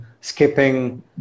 skipping